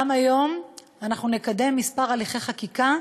היום אנחנו גם נקדם כמה הליכי חקיקה